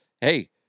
hey